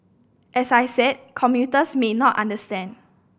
as I said commuters may not understand